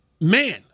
man